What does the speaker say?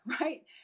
right